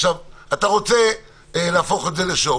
אתה רוצה להפוך את זה לשואו,